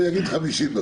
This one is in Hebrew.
בערך.